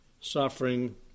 suffering